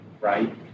right